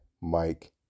Mike